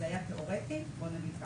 זה היה תיאורטי, בוא נגיד ככה.